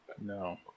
No